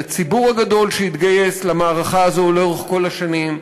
לציבור הגדול שהתגייס למערכה הזאת לאורך כל השנים,